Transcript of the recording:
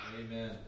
Amen